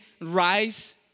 rise